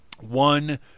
One